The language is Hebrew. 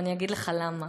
ואני אגיד לך למה.